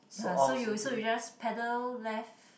ya so you so you just paddle left